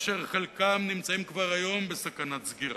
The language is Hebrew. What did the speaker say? וחלקם נמצאים כבר היום בסכנת סגירה.